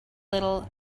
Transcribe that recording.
little